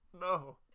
No